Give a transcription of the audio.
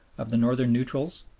of the northern neutrals,